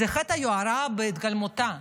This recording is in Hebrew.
זה חטא היוהרה בהתגלמותו.